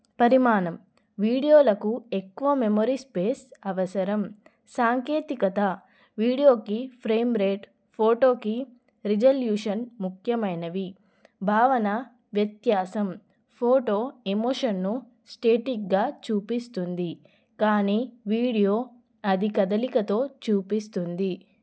పరిమాణం వీడియోలకు ఎక్కువ మెమరీ స్పేస్ అవసరం సాంకేతికత వీడియోకి ఫ్రేమ్ రేట్ ఫోటోకి రిజుల్యూషన్ ముఖ్యమైనవి భావన వ్యత్యాసం ఫోటో ఎమోషన్ను స్టేటిగ్గా చూపిస్తుంది కానీ వీడియో అది కదళికతో చూపిస్తుంది